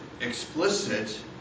explicit